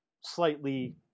slightly